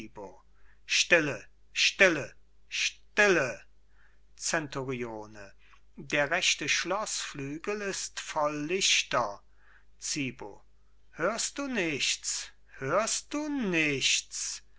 stille stille stille zenturione der rechte schloßflügel ist voll lichter zibo hörst du nichts hörst du nichts